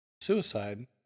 suicide